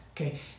okay